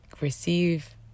receive